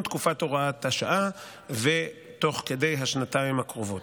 תקופת הוראת השעה ותוך כדי השנתיים הקרובות.